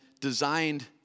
designed